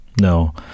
No